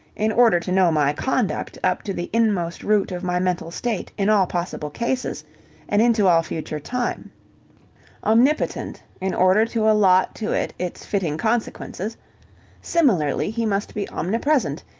in order to know my conduct up to the inmost root of my mental state in all possible cases and into all future time omnipotent, in order to allot to it its fitting consequences similarly he must be omnipresent,